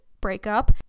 breakup